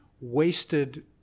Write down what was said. wasted